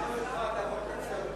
בבקשה.